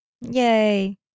Yay